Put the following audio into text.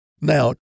Now